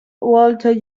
walter